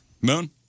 Moon